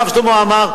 הרב שלמה עמאר,